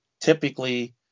typically